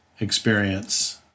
experience